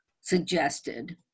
suggested